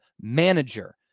manager